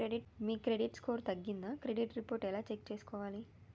మీ credit score తగ్గిందా credit report ఎలా check చేసుకోవాలి?